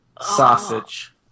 sausage